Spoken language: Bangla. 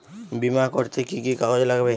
বিমা করতে কি কি কাগজ লাগবে?